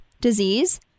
disease